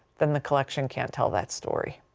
then the collection can't tell that story.